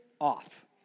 off